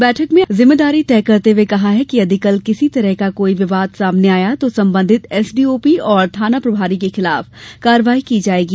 बैठक में आईजी ने जिम्मेदारी तय करते हुये कहा कि यदि कल किसी तरह का कोई विवाद सामने आया तो संबंधित एसडीओपी और थाना प्रभारी के खिलाफ कार्यवाई की जायेंगी